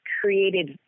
created